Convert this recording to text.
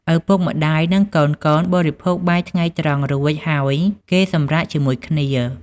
ឪពុកម្ដាយ និងកូនៗបរិភោគបាយថ្ងៃត្រង់ រួចហើយគេសម្រាកជាមួយគ្នា។